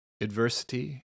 Adversity